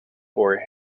for